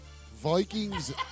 Vikings